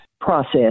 process